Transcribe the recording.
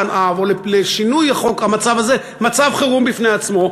בוא נקרא לשינוי המצב הזה מצב חירום בפני עצמו,